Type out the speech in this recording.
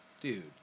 Dude